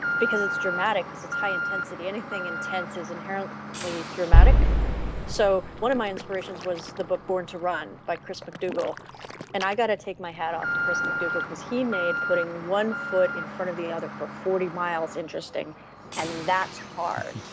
because it's dramatic, because it's intensity. anything intense is inherently dramatic so one of my inspirations was the book born to run by chris mcdougall and i got to take my hat off to chris mcdougall, because he made putting one foot in front of the other for forty miles, interesting and that's hard.